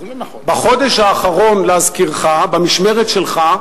בחודש האחרון, להזכירך, במשמרת שלך,